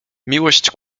miłość